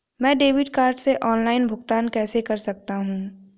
मैं debit card से online भुगतान कैसे कर सकता हूँ?